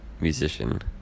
musician